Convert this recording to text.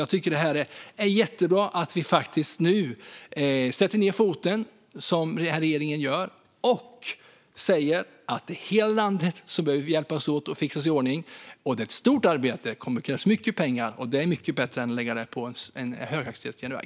Jag tycker att det är jättebra att den här regeringen nu faktiskt sätter ned foten och säger att vi behöver hjälpas åt att fixa i ordning i hela landet. Det är ett stort arbete. Det kommer att krävas mycket pengar, och det är mycket bättre än att lägga de pengarna på en höghastighetsjärnväg.